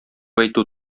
әйтү